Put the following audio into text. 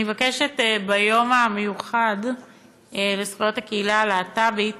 אני מבקשת, ביום המיוחד לזכויות הקהילה הלהט"בית,